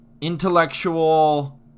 intellectual